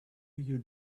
you